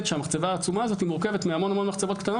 שהמחצבה העצומה הזאת מורכבת מהמון המון מחצבות קטנות